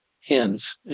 hens